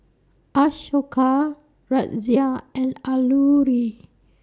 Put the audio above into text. Ashoka Razia and Alluri